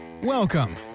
Welcome